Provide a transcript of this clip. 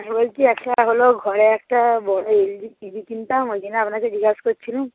বলছি একটা হলো ঘরে একটা বড় এল জির টি ভি কিনতাম ওই জন্য আপনাকে জিজ্ঞাসা করছিলাম